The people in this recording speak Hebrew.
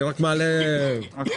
אני רק מעלה מחשבה.